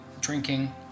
drinking